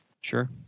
Sure